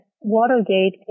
Watergate